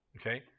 okay